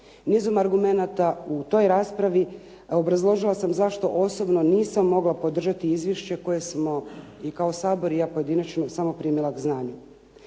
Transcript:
Nizom argumenata u toj raspravi obrazložila sam zašto osobno nisam mogla podržati izvješće koje smo i kao Sabor i ja pojedinačno samo primila na znanje.